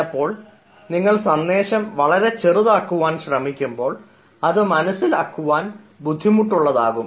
ചിലപ്പോൾ നിങ്ങൾ സന്ദേശം വളരെ ചെറുതാക്കാൻ ശ്രമിക്കുമ്പോൾ അത് മനസ്സിലാക്കുവാൻ ബുദ്ധിമുട്ടുണ്ടാകും